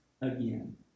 again